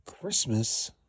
Christmas